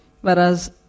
whereas